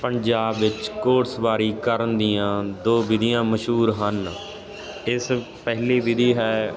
ਪੰਜਾਬ ਵਿੱਚ ਘੋੜ ਸਵਾਰੀ ਕਰਨ ਦੀਆਂ ਦੋ ਵਿਧੀਆਂ ਮਸ਼ਹੂਰ ਹਨ ਇਸ ਪਹਿਲੀ ਵਿਧੀ ਹੈ